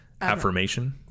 affirmation